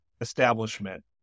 establishment